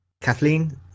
Kathleen